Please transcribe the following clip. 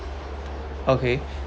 okay